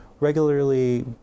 Regularly